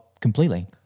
completely